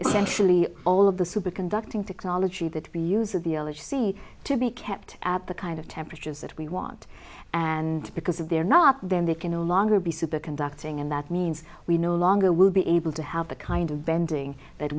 essentially all of the superconducting technology that we use of the ologist sea to be kept at the kind of temperatures that we want and because if they're not then they can no longer be superconducting and that means we no longer will be able to have the kind of bending that